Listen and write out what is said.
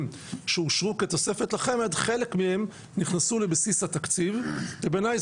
שאושרו כתוספת לחמ"ד חלק מהם נכנסו לבסיס התקציב ובעיניי